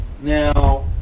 Now